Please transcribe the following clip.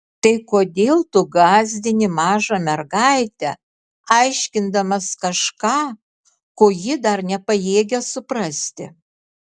tai kodėl tu gąsdini mažą mergaitę aiškindamas kažką ko ji dar nepajėgia suprasti